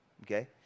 Okay